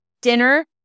dinner